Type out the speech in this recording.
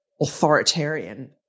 authoritarian